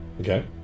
Okay